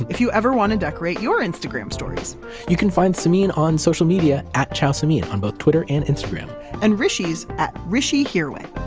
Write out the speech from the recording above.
if you ever want to decorate your instagram stories you can find samin on social media at ciaosamin, on both twitter and instagram and hrishi is at hrishihirway.